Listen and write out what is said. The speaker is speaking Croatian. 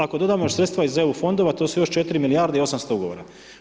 Ako dodamo još sredstva iz EU fondova to su još 4 milijarde i 800 ugovora.